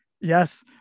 Yes